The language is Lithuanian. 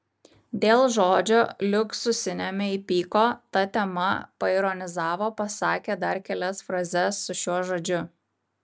dėl žodžio liuksusiniame įpyko ta tema paironizavo pasakė dar kelias frazes su šiuo žodžiu